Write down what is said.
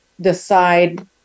decide